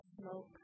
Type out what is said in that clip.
smoke